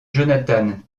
jonathan